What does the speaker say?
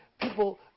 people